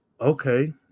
Okay